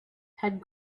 had